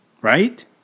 right